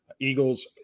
Eagles